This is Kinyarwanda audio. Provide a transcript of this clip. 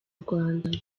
rwanda